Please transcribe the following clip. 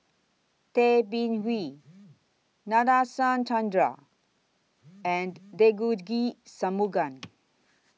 Tay Bin Wee Nadasen Chandra and Devagi Sanmugam